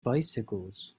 bicycles